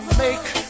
make